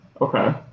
Okay